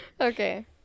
Okay